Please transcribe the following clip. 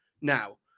now